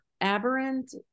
aberrant